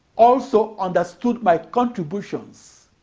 also understood my contributions